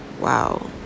Wow